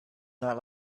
not